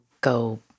go